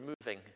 moving